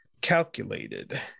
calculated